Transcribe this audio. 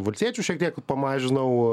valstiečių šiek tiek pamažinau